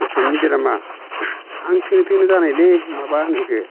गथ' नि बेरामा हां थोनो थोनो जानायलै माबा होनो इखो